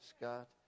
Scott